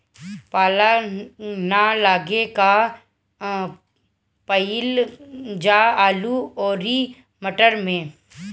पाला न लागे का कयिल जा आलू औरी मटर मैं?